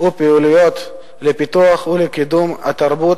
ופעילויות לפיתוח ולקידום התרבות,